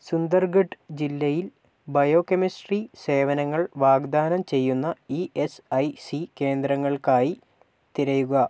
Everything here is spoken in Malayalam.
സുന്ദർഗഢ് ജില്ലയിൽ ബയോകെമിസ്ട്രി സേവനങ്ങൾ വാഗ്ദാനം ചെയ്യുന്ന ഇ എസ് ഐ സി കേന്ദ്രങ്ങൾക്കായി തിരയുക